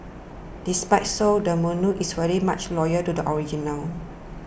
despite so the menu is very much loyal to the original